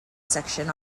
section